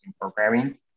programming